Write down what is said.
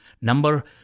number